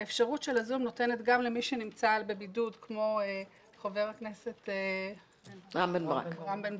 האפשרות של "הזום" נותנת גם למי שנמצא בבידוד כמו חבר הכנסת רם בן ברק,